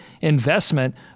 investment